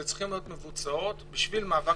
שצריכות להיות מבוצעות בשביל מאבק